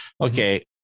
okay